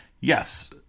yes